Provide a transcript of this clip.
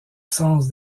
sens